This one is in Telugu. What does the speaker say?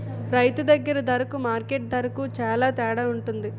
రైతు దగ్గర దరకు మార్కెట్టు దరకు సేల తేడవుంటది